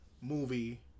movie